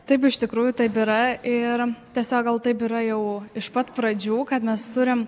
taip iš tikrųjų taip yra ir tiesiog gal taip yra jau iš pat pradžių kad mes turim